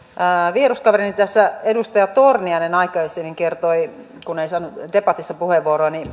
vieruskaverini tässä edustaja torniainen aikaisemmin kertoi kun ei saanut debatissa puheenvuoroa